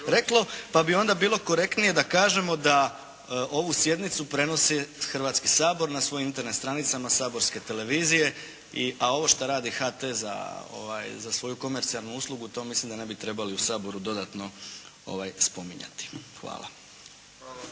pa bi onda bilo korektnije da kažemo da ovu sjednicu prenosi Hrvatski sabor na svojim Internet stranicama saborske televizije, a ovo što radi HT za svoju komercijalnu uslugu, to mislim da ne bi trebali u Saboru dodatno spominjati. Hvala.